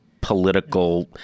political